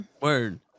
Word